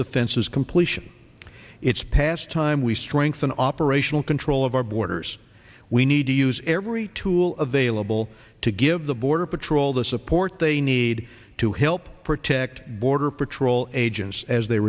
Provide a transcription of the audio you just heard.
the fences completion it's past time we strengthen operational control of our borders we need to use every tool available to give the border patrol the support they need to help protect border patrol agents as they